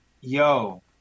Yo